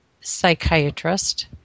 psychiatrist